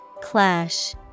Clash